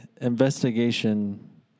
investigation